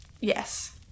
Yes